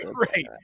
right